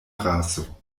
raso